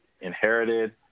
inherited